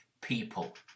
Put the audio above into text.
people